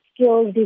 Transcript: skills